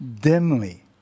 dimly